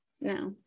no